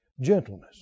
Gentleness